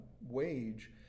wage